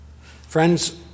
Friends